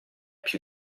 più